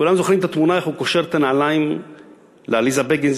כולם זוכרים את התמונה איך הוא קושר את הנעליים לעליזה בגין,